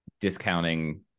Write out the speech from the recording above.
discounting